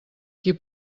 qui